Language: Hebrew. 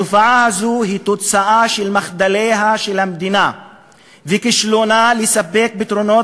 התופעה הזו היא תוצאה של מחדלי המדינה וכישלונה לספק פתרונות